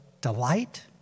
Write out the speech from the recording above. delight